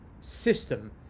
system